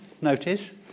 notice